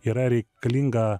yra reikalinga